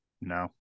No